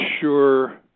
sure